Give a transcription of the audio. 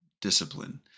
discipline